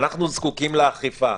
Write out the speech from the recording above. אנחנו זקוקים לאכיפה.